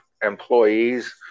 employees